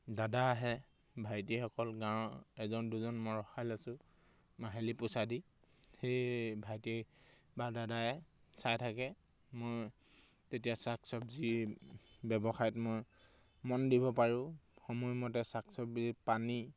দাদা আহে ভাইটিসকল গাঁৱৰ এজন দুজন মই ৰখাই লৈছোঁ মাহিলী পইচা দি সেই ভাইটি বা দাদায়ে চাই থাকে মই তেতিয়া চাক চব্জিৰ ব্যৱসায়ত মই মন দিব পাৰোঁ সময়মতে চাক চব্জিৰ পানী